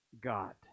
God